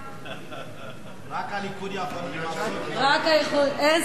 רק הליכוד יכול, אין ספק שרק הליכוד יכול.